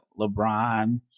LeBron